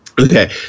Okay